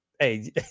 Hey